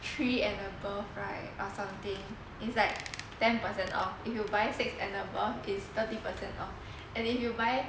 three and above right or something it's like ten percent off if you buy six and above it's thirty percent off and if you buy